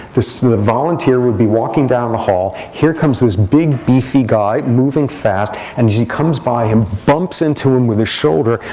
and the volunteer would be walking down the hall. here comes this big, beefy guy moving fast. and as he comes by him, bumps into him with his shoulder,